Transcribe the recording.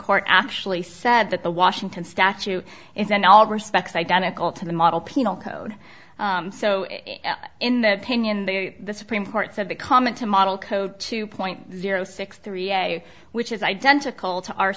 court actually said that the washington statute is in all respects identical to the model penal code so in the opinion that the supreme court said the comment to model code two point zero six three a which is identical to